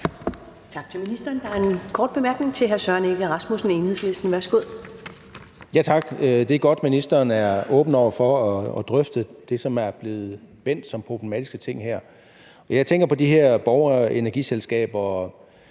Tak til ministeren. Der er en kort bemærkning fra hr. Søren Egge Rasmussen, Enhedslisten. Værsgo. Kl. 11:00 Søren Egge Rasmussen (EL): Tak. Det godt, at ministeren er åben over for at drøfte det, som er blevet vendt her som problematiske ting. Og jeg tænker på de her borgerenergifællesskaber